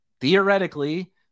Theoretically